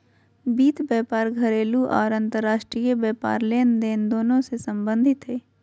वित्त व्यापार घरेलू आर अंतर्राष्ट्रीय व्यापार लेनदेन दोनों से संबंधित हइ